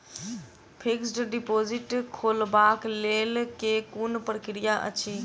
Fixed deposit खोलबाक लेल केँ कुन प्रक्रिया अछि?